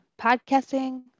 podcasting